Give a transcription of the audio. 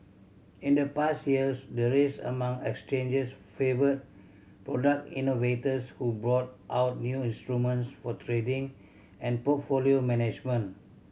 in the past years the race among exchanges favoured product innovators who brought out new instruments for trading and portfolio management